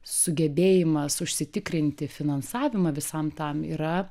sugebėjimas užsitikrinti finansavimą visam tam yra